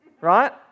right